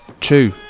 two